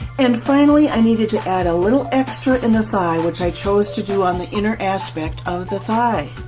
and finally i needed to add a little extra in the thigh which i chose to do on the inner aspect of the thigh